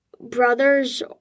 brothers